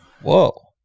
Whoa